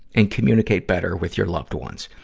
and communicate better with your loved ones.